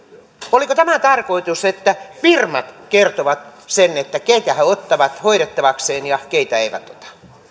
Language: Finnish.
oliko tämä tarkoitus että firmat kertovat sen keitä he ottavat hoidettavakseen ja keitä eivät